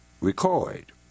record